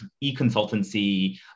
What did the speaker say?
e-consultancy